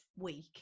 week